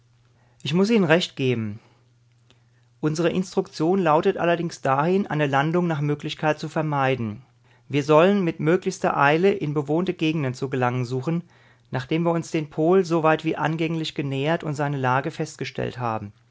ich muß ihnen recht geben unsere instruktion lautet allerdings dahin eine landung nach möglichkeit zu vermeiden wir sollen mit möglichstes eile in bewohnte gegenden zu gelangen suchen nachdem wir uns dem pol soweit wie angänglich genähert und seine lage festgestellt haben